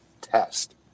test